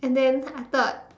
and then I thought